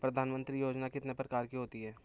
प्रधानमंत्री योजना कितने प्रकार की होती है?